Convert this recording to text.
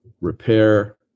repair